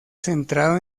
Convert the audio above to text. centrado